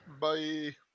Bye